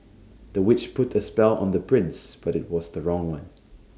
the witch put A spell on the prince but IT was the wrong one